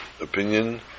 opinion